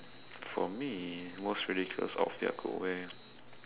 for me most ridiculous outfit I could wear